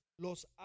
Los